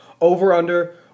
over-under